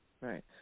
right